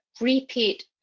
repeat